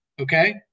okay